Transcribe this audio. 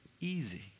easy